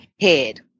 head